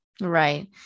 right